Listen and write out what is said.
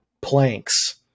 planks